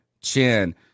chin